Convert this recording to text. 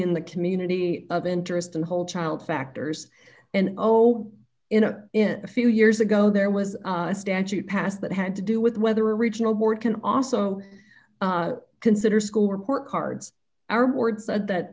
in the community of interest and whole child factors and oh in a in a few years ago there was a statute passed that had to do with whether original board can also consider school report cards our board